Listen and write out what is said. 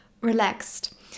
relaxed